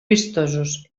vistosos